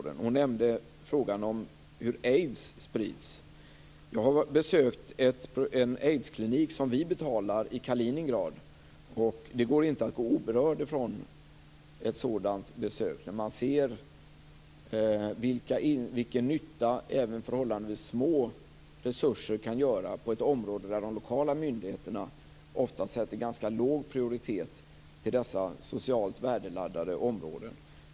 Ingrid Näslund nämnde frågan om hur aids sprids. Jag har besökt en aidsklinik som vi betalar i Kaliningrad. Det går inte att gå oberörd från ett sådant besök när man ser vilken nytta även förhållandevis små resurser kan göra på ett område där de lokala myndigheterna ofta sätter ganska låg prioritet. Detta är socialt värdeladdade områden.